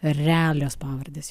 realios pavardės